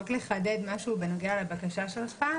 רק לחדד משהו בנוגע לבקשה שלך,